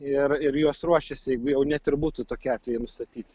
ir ir jos ruošiasi jeigu jau net ir būtų tokie atvejai nustatyti